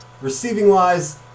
Receiving-wise